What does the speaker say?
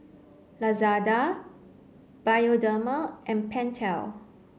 Lazada Bioderma and Pentel